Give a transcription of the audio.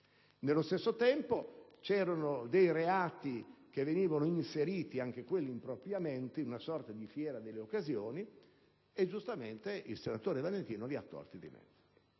Nello stesso tempo, c'erano dei reati inseriti impropriamente, in una sorta di fiera delle occasioni: giustamente il senatore Valentino li ha tolti di mezzo.